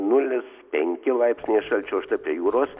nulis penki laipsniai šalčio o štai prie jūros